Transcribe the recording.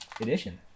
edition